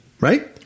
Right